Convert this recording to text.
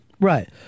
Right